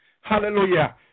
Hallelujah